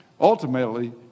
Ultimately